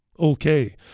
Okay